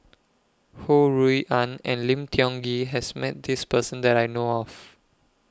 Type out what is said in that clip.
Ho Rui An and Lim Tiong Ghee has Met This Person that I know of